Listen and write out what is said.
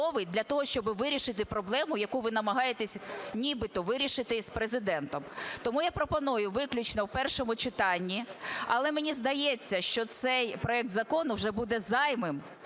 для того, щоб вирішити проблему, яку ви намагаєтесь нібито вирішити з Президентом. Тому я пропоную виключно в першому читанні, але, мені здається, що цей проект закону вже буде зайвим,